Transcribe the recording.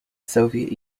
soviet